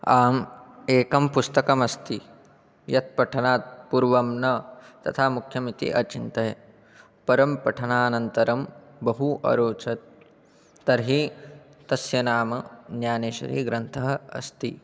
आम् एकं पुस्तकमस्ति यत् पठनात् पूर्वं न तथा मुख्यम् इति अचिन्तयम् परं पठनानन्तरं बहु अरोचत तर्हि तस्य नाम ज्ञानेश्वरीग्रन्थः अस्ति